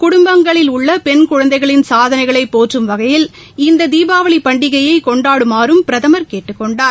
குடும்பங்களில் உள்ள பெண் குழந்தைகளின் சாதனைகளை போற்றும் வகையில் இந்த தீபாவளி பண்டிகையை கொண்டாடுமாறும் பிரதமர் கேட்டுக் கொண்டார்